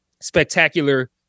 spectacular